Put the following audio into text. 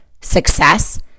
success